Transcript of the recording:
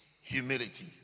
humility